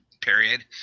period